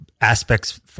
Aspects